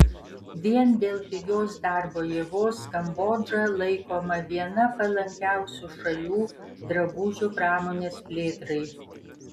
vien dėl pigios darbo jėgos kambodža laikoma viena palankiausių šalių drabužių pramonės plėtrai